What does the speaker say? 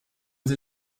sie